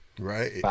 Right